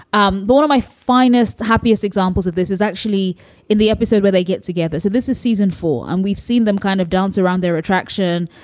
um of my finest, happiest examples of this is actually in the episode where they get together. so this is season four and we've seen them kind of dance around their attraction.